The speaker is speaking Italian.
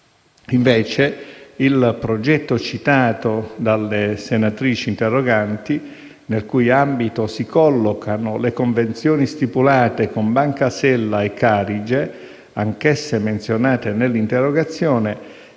Invece, il progetto OF2CEN, citato dalle senatrici interroganti e nel cui ambito si collocano le convenzioni stipulate con Banca Sella e Carige, anch'esse menzionate nell'interrogazione,